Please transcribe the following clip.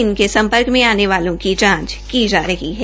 इनके सम्पर्क में आने वालों की भी जांच की जायेगी